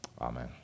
amen